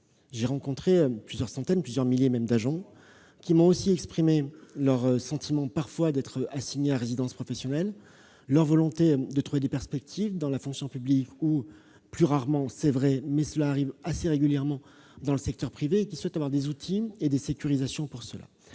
J'ai rencontré plusieurs centaines, voire plusieurs milliers d'agents qui m'ont fait part de leur sentiment parfois d'être assignés à résidence professionnelle, de leur volonté de trouver des perspectives dans la fonction publique ou- plus rarement, c'est vrai, mais cela arrive assez régulièrement -dans le secteur privé, et qui souhaitent avoir des outils et des sécurisations pour cela.